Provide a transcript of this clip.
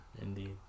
indeed